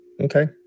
Okay